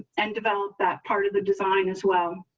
and develop that part of the design as well.